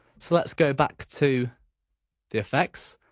so let's go back to the effects.